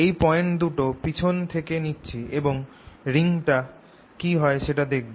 একই পয়েন্ট দুটো পেছন থেকে নিচ্ছি এবং রিডিংটা কি হয় সেটা দেখব